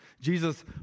jesus